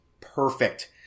perfect